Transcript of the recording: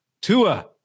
Tua